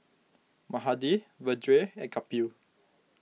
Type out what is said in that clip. Mahade Vedre and Kapil